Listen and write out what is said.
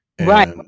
Right